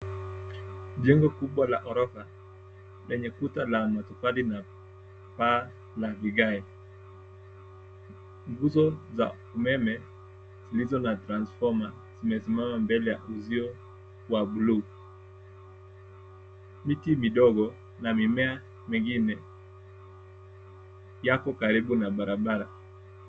Jengo kubwa la ghorofa lenye kuta la matofali na paa la vigae. Nguzo za umeme zilizo na transformer zimesimama mbele ya uzio wa bluu. Miti midogo na mimea mingine yako karibu na barabara.